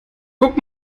guck